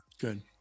Good